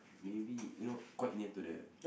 maybe you know quite near to the